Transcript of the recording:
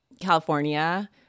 California